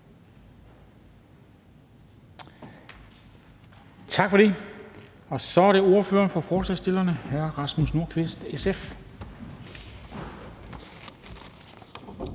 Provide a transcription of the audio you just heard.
bemærkninger, og så er det ordføreren for forslagsstillerne, hr. Rasmus Nordqvist, SF.